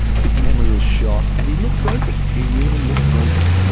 his memory was shot, and he looked broken, he really looked broken,